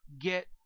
get